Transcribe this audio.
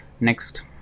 Next